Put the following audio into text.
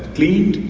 cleaned.